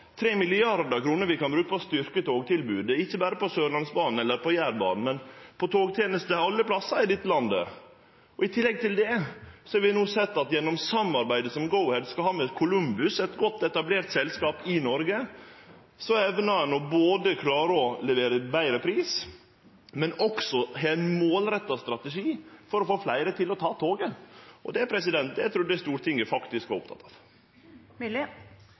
vi kan bruke til å styrkje togtilbodet, ikkje berre på Sørlandsbanen eller på Jærbanen, men på togtenester alle plassar i dette landet. I tillegg har vi no sett at gjennom samarbeidet som Go-Ahead skal ha med Kolumbus, eit godt etablert selskap i Noreg, evnar ein både å levere til betre pris og også å ha ein målretta strategi for å få fleire til å ta toget. Det trudde eg faktisk Stortinget var